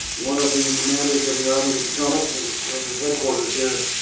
one of the commanders of the army of the potomac it was was headquartered here,